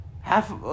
half